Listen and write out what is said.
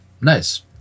nice